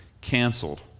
canceled